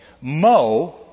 Mo